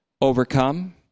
overcome